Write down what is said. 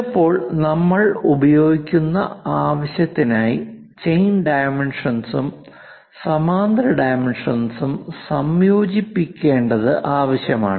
ചിലപ്പോൾ നമ്മൾ ഉപയോഗിക്കുന്ന ആവശ്യത്തിനായി ചെയിൻ ഡൈമെൻഷൻസും സമാന്തര ഡൈമെൻഷൻസും സംയോജിപ്പിക്കേണ്ടത് ആവശ്യമാണ്